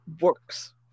works